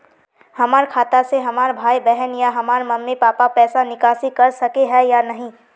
हमरा खाता से हमर भाई बहन या हमर मम्मी पापा पैसा निकासी कर सके है या नहीं?